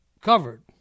covered